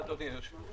הישיבה ננעלה